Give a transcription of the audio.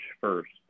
first